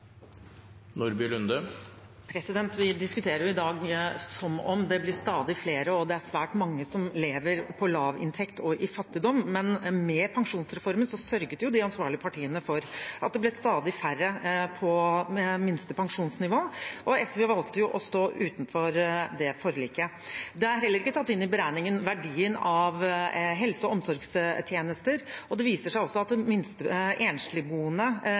svært mange – som lever på lavinntekt og i fattigdom, men med pensjonsreformen sørget jo de ansvarlige partiene for at det blir stadig færre på minste pensjonsnivå. SV valgte å stå utenfor det forliket. Verdien av helse- og omsorgstjenester er heller ikke tatt inn i beregningen, og det viser seg også at